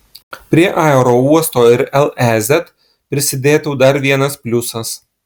prie aerouosto ir lez prisidėtų dar vienas pliusas